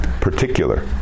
particular